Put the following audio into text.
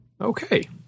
Okay